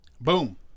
boom